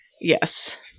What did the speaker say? Yes